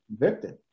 convicted